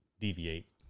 deviate